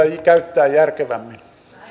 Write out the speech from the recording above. käyttää järkevämmin